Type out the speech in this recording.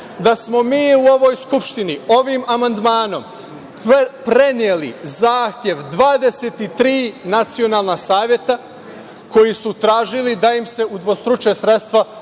da smo mi u ovoj Skupštini ovim amandmanom preneli zahtev 23 nacionalna saveta koji su tražili da im se udvostruče sredstva za